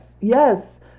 yes